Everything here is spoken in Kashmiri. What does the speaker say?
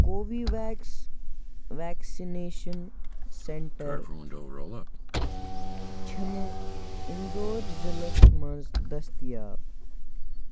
کووِویٚکس ویکسینیشن سینٹر چھِنہٕ اِنٛدور ضلَعس مَنٛز دٔستِیاب